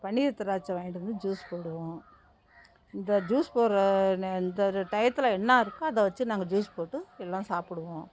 பன்னீர் திராட்சை வாங்கிட்டு வந்து ஜூஸ் போடுவோம் இந்த ஜூஸ் போடுற நே இந்த டைத்தில் என்ன இருக்கோ அதை வச்சு நாங்கள் ஜூஸ் போட்டு எல்லாம் சாப்புடுவோம்